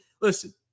Listen